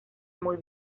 muy